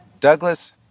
Douglas